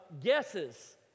guesses